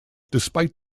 despite